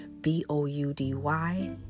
B-O-U-D-Y